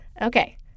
Okay